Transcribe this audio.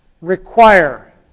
require